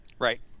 right